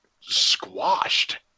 squashed